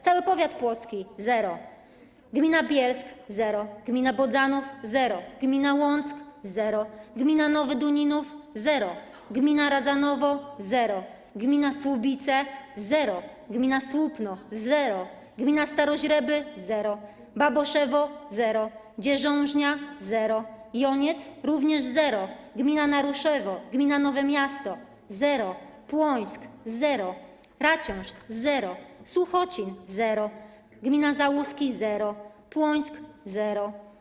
Cały powiat płocki - zero, gmina Bielsk - zero, gmina Bodzanów - zero, gmina Łąck - zero, gmina Nowy Duninów - zero, gmina Radzanowo - zero, gmina Słubice - zero, gmina Słupno - zero, gmina Staroźreby - zero, Baboszewo - zero, Dzierzążnia - zero, Joniec - również zero, gmina Naruszewo, gmina Nowe Miasto - zero, gmina Płońsk - zero, Raciąż - zero, Suchocin - zero, gmina Załuski - zero, Płońsk - zero.